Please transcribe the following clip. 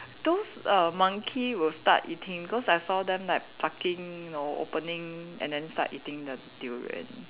those err monkey will start eating cause I saw them like plucking you know opening and then start eating the durian